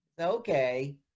Okay